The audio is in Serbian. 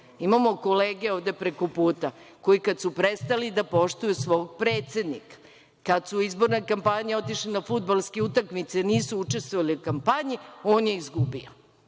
Imamo kolege ovde preko puta koji kada su prestali da poštuju svog predsednika, kad su u izbornoj kampanji otišli na fudbalske utakmice i nisu učestvovali u kampanji, on je izgubio.